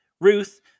Ruth